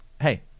hey